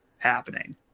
happening